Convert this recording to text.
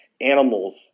animals